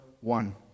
one